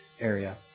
Area